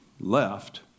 left